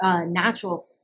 natural